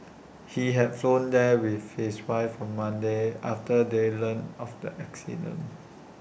he had flown there with his wife on Monday after they learnt of the accident